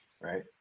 right